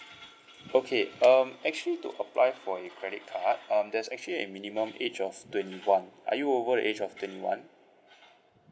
okay um actually to apply for your credit card um there's actually a minimum age of twenty one are you over the age of twenty one